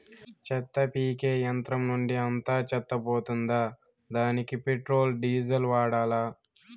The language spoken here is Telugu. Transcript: చెత్త పీకే యంత్రం నుండి అంతా చెత్త పోతుందా? దానికీ పెట్రోల్, డీజిల్ వాడాలా?